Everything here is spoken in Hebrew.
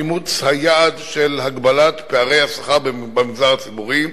אימוץ היעד של הגבלת פערי השכר במגזר הציבורי,